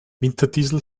winterdiesel